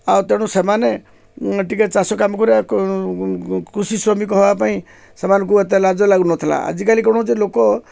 ଆଉ ତେଣୁ ସେମାନେ ଟିକେ ଚାଷ କାମ କରିବା କୃଷି ଶ୍ରମିକ ହବା ପାଇଁ ସେମାନଙ୍କୁ ଏତେ ଲାଜ ଲାଗୁନଥିଲା ଆଜିକାଲି କ'ଣ ହେଉଛି ଲୋକ